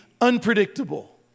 unpredictable